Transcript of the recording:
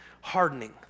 Hardening